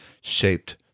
shaped